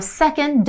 second